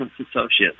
associates